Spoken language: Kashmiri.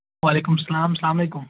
وعلیکُم السلام السلام علیکُم